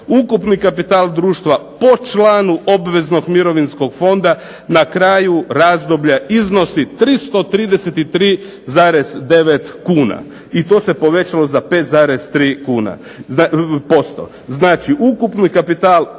ukupni kapital društva po članu obveznog mirovinskog fonda na kraju razdoblja iznosi 333,9 kuna. I to se povećalo za 5,3%. Znači ukupni kapital